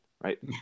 Right